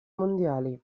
mondiali